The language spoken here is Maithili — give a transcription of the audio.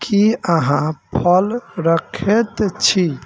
की अहाँ फल रखैत छी